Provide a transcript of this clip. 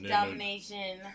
Domination